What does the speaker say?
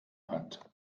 hat